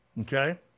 Okay